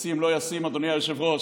ישים, לא ישים, אדוני היושב-ראש,